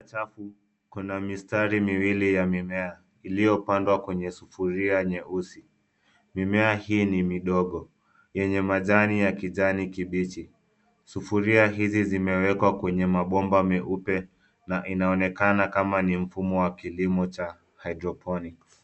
Kuna mistari miwili ya mimea iliyopandwa kwenye sufuria nyeusi . Mimea hii ni midogo yenye majani ya kijani kibichi. Sufuria hizi zimewekwa kwenye mabomba meupe na inaonekana kama ni mfumo wa kilimo cha hydroponics